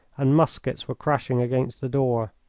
and muskets were crashing against the door.